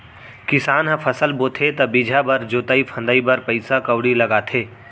किसान ह फसल बोथे त बीजहा बर, जोतई फंदई बर पइसा कउड़ी लगाथे